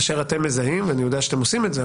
אני יודע שאתם עושים את זה,